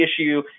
issue